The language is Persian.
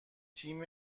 تیم